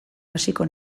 hasiko